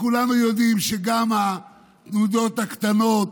כולנו יודעים שגם התנודות הקטנות